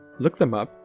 look them up,